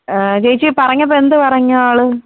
ചേച്ചി പറഞ്ഞപ്പം എന്തു പറഞ്ഞു ആൾ